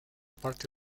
parte